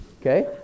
Okay